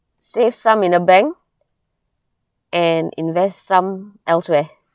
save some in a bank and invest some elsewhere